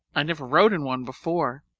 i never rode in one before.